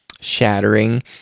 shattering